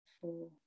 four